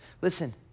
listen